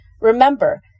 Remember